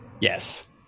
Yes